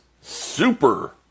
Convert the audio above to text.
super